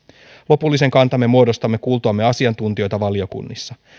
lopullisen kantamme muodostamme kuultuamme asiantuntijoita valiokunnissa